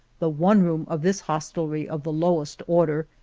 the one room of this hostelry of the lowest order,